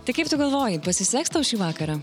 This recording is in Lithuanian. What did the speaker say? tik kaip tu galvoji pasiseks tau šį vakarą